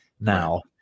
now